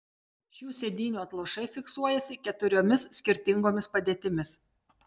šių sėdynių atlošai fiksuojasi keturiomis skirtingomis padėtimis